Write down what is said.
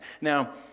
Now